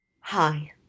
Hi